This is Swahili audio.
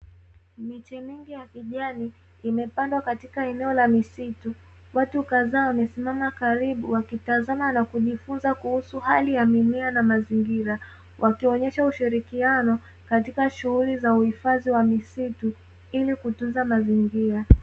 Miche mingi ya kijani imepandwa katika eneo la misitu, watu kadhaa wamesimama karibu wakitazama na kujifunza hali ya mimea na mazingira wakionyesha ushirikiano katika Shughuli za uhifadhi wa misitu ili kutunza mazingira.